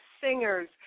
singers